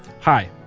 Hi